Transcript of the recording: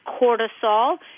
cortisol